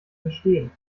verstehen